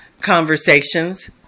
conversations